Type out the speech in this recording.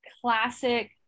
classic